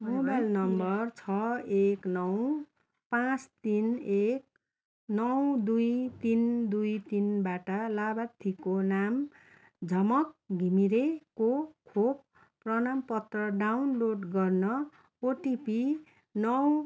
mobile number छ एक नौ पाँच तिन एक नौ दुई तिन दुई तिनबाट लाभार्थीको नाम झमक घिमिरेको खोप प्रमाणपत्र डाउनलोड गर्न ओटिपी नौ